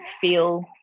feel